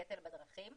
הטכוגרף הדיגיטלי.